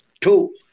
two